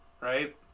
right